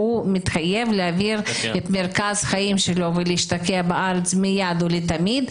מתחייב להעביר את מרכז החיים שלו ולהשתקע בארץ מיד או לתמיד,